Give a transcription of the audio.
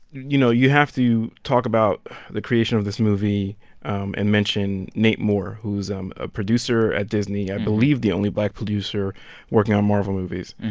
you know, you have to talk about the creation of this movie and mention nate moore, who's um a producer at disney i believe the only black producer working on marvel movies.